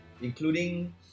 including